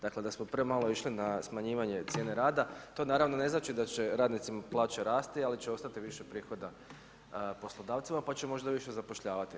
Dakle da smo premalo išli na smanjivanje cijene rada, to naravno ne znači da će radnicima plaće rasti ali će ostati više prihoda poslodavcima pa će možda više zapošljavati.